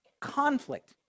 conflict